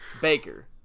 Baker